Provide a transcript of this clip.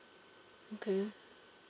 okay